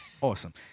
Awesome